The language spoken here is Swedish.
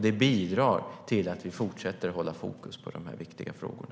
Det bidrar till att vi fortsätter att hålla fokus på de här viktiga frågorna.